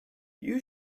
you